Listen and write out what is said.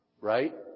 Right